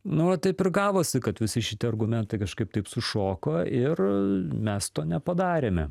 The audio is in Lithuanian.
nu ir taip ir gavosi kad visi šitie argumentai kažkaip taip sušoko ir mes to nepadarėme